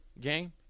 game